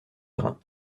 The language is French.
grain